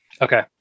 Okay